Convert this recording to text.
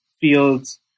fields